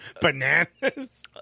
bananas